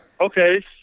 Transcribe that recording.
Okay